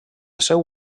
seu